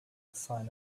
sign